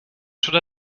should